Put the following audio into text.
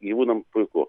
gyvūnam puiku